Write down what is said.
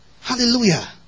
Hallelujah